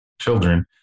children